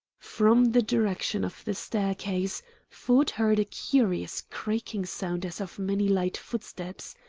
from the direction of the staircase ford heard a curious creaking sound as of many light footsteps.